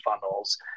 funnels